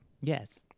Yes